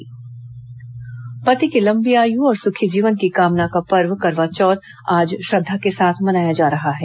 करवा चौथ पति की लंबी आयु और सुखी जीवन की कामना का पर्व करवा चौथ आज श्रद्धा के साथ मनाया जा रहा है